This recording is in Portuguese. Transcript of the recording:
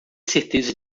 certeza